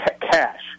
Cash